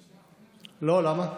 לא, למה?